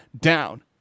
down